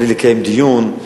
בלי לקיים דיון,